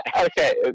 Okay